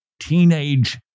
teenage